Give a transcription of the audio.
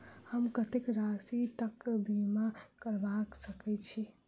हम कत्तेक राशि तकक बीमा करबा सकै छी?